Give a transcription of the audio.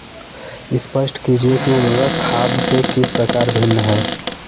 स्पष्ट कीजिए कि उर्वरक खाद से किस प्रकार भिन्न है?